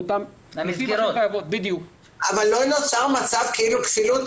לא נוצרת כאן כפילות,